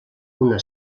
una